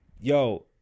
Yo